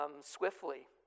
swiftly